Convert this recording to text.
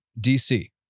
DC